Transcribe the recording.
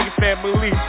family